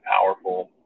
Powerful